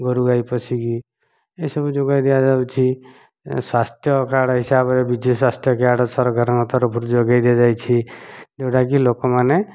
ଗୋରୁଗାଈ ପଶିକି ଏସବୁ ଯୋଗାଇ ଦିଆଯାଇଛି ସ୍ୱାସ୍ଥ୍ୟ କାର୍ଡ଼ ହିସାବରେ ବିଜୁ ସ୍ୱାସ୍ଥ୍ୟ କାର୍ଡ଼ ସରକାରଙ୍କ ତରଫରୁ ଯୋଗାଇ ଦିଆଯାଇଛି ଯେଉଁଟା କି ଲୋକମାନେ